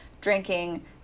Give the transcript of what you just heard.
drinking